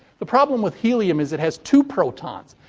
the problem with helium is it has two protons.